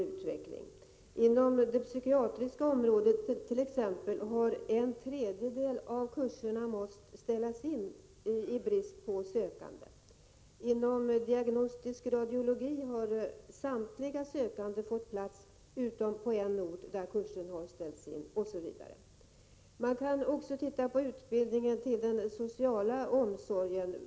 Inom t.ex. det psykiatriska området har en tredjedel av kurserna måst ställas in i brist på sökande. Inom diagnostisk radiologi har samtliga sökande fått plats utom på en ort där kursen har ställts in, osv. Man kan också se på utbildningen inom den sociala omsorgen.